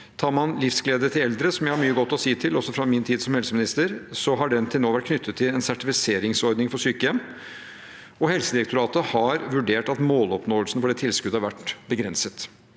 Tar man Livsglede for Eldre – som jeg har mye godt å si om, også fra min tid som helseminister – har den ordningen til nå vært knyttet til en sertifiseringsordning for sykehjem. Helsedirektoratet har vurdert det slik at måloppnåelsen for det tilskuddet har vært begrenset.